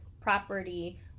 property